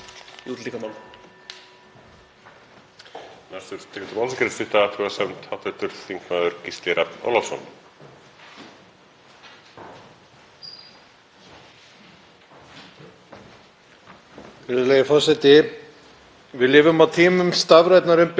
Virðulegi forseti. Við lifum á tímum stafrænnar umbyltingar og þegar kemur að því að búa til stafrænt viðmót á þjónustu ríkisins þá erum við Íslendingar svo sannarlega framarlega í þeim efnum.